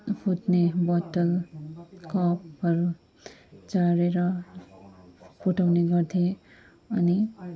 फुट्ने बोतल कपहरू झारेर फुटाउने गर्थेँ अनि